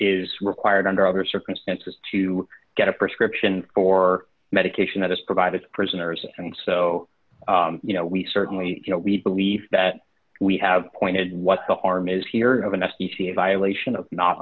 is required under other circumstances to get a prescription for medication that is provided to prisoners and so you know we certainly you know we believe that we have pointed what the harm is here of an s t c a violation of not